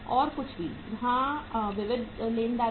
और कुछ भी हाँ विविध लेनदारों